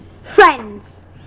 friends